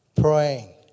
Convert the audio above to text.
praying